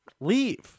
Leave